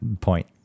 point